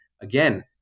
again